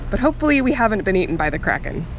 but hopefully we haven't been eaten by the kraken.